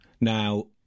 Now